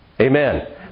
Amen